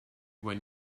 when